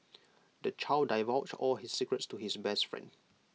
the child divulged all his secrets to his best friend